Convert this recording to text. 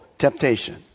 temptation